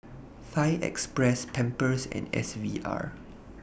Fine Express Pampers and S V R